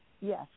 Yes